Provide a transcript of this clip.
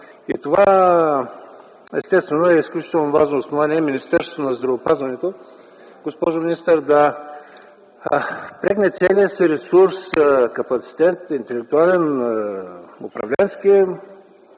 Това естествено е изключително важно основание Министерството на здравеопазването, госпожо министър, да впрегне целия си ресурс, капацитет – интелектуален, управленски,